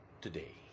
today